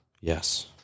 yes